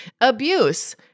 Abuse